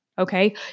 okay